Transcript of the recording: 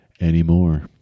anymore